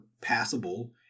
passable